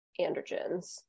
androgens